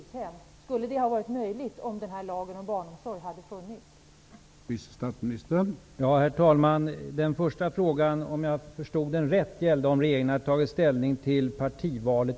Bedömer socialministern att detta skulle ha varit möjligt, om denna lag om barnomsorg hade varit i kraft redan nu?